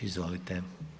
Izvolite.